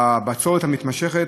בצורת מתמשכת.